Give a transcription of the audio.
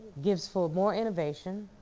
gives for more innovation,